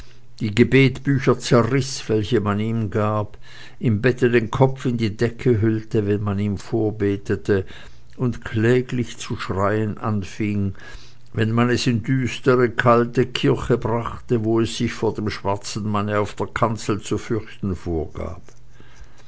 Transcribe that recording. die gebetbücher zerriß welche man ihm gab im bette den kopf in die decke hüllte wenn man ihm vorbetete und kläglich zu schreien anfing wenn man es in die düstere kalte kirche brachte wo es sich vor dem schwarzen manne auf der kanzel zu fürchten vorgab